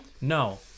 No